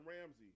Ramsey